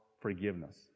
forgiveness